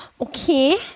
okay